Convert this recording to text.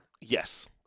Yes